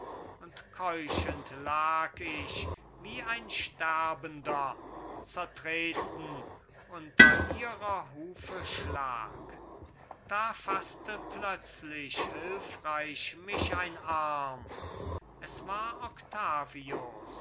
und keuchend lag ich wie ein sterbender zertreten unter ihrer hufe schlag da faßte plötzlich hilfreich mich ein arm es war octavios